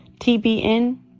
TBN